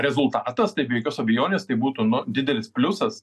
rezultatas tai be jokios abejonės tai būtų nu didelis pliusas